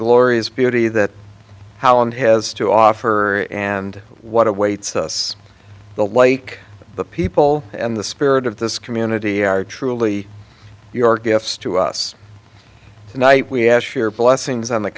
glorious beauty that how and has to offer and what awaits us the like the people and the spirit of this community are truly your gifts to us tonight we have shared blessings on the